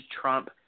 Trump